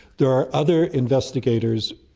there are other investigators.